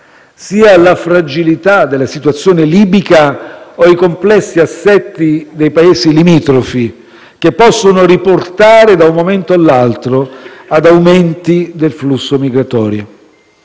sia la fragilità della situazione libica o i complessi aspetti dei Paesi limitrofi, che possono riportare da un momento all'altro ad aumenti del flusso migratorio.